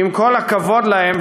שעם כל הכבוד להם,